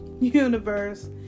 universe